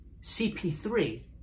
CP3